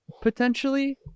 potentially